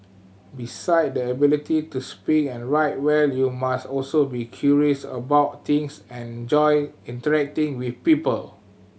beside the ability to speak and write well you must also be curious about things and enjoy interacting with people